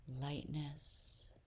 Lightness